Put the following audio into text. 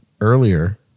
Earlier